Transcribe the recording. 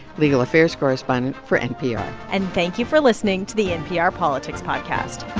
legal affairs correspondent for npr and thank you for listening to the npr politics podcast